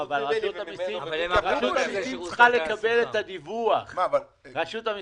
אבל רשות המיסים צריכה לקבל את הדיווח שמותר.